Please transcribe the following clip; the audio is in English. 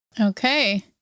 Okay